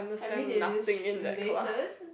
I mean it is related